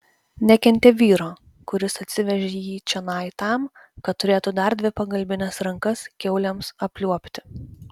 nekentė vyro kuris atsivežė jį čionai tam kad turėtų dar dvi pagalbines rankas kiaulėms apliuobti